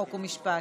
חוק ומשפט.